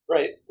Right